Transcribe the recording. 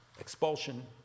expulsion